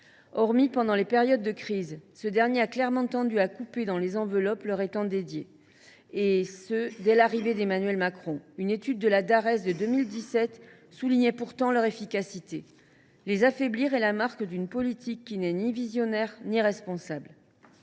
hormis pendant les périodes de crise, ce dernier a clairement tendu à couper dans les enveloppes consacrées auxdits contrats, et ce dès l’entrée en fonction d’Emmanuel Macron. Une étude de la Dares de 2017 soulignait pourtant leur efficacité. Les affaiblir est la marque d’une politique qui n’est ni visionnaire ni responsable.